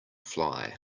fly